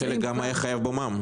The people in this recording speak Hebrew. חלק גם היה חייב במע"מ.